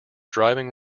driving